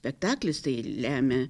spektaklis tai lemia